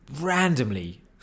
randomly